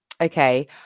Okay